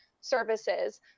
services